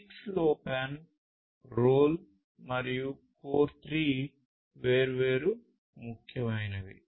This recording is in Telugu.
6LoWPAN ROLL మరియు CoRE 3 వేర్వేరు ముఖ్యమైనవి